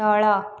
ତଳ